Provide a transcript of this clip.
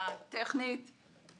הטכנית,